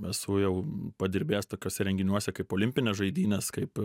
esu jau padirbėjęs tokiuose renginiuose kaip olimpines žaidynes kaip